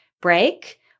break